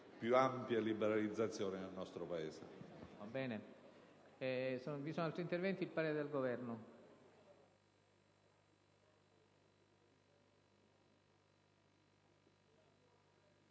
più ampie liberalizzazioni nel nostro Paese.